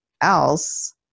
else